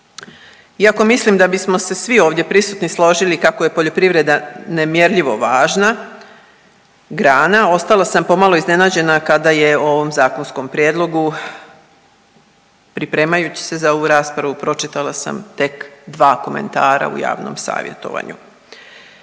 Iako mislim da bismo se svi ovdje prisutni složili kako je poljoprivreda nemjerljivo važna grana ostala sam pomalo iznenađena kada je o ovom zakonskom prijedlogu pripremajući se za ovu raspravu pročitala sam tek dva komentara u javnom savjetovanju.